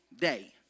day